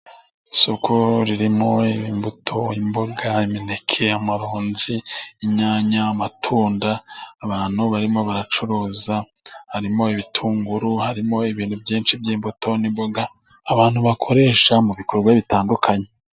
Isoko ririmo imbuto, imboga, imineke, amaronji, inyanya, amatunda; abantu barimo baracuruza harimo ibitunguru, harimo ibintu byinshi by'imbuto n'imboga abantu bakoresha mu bikorwa bitandukanye.